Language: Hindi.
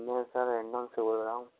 मैं सर से बोल रहा हूँ